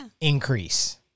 increase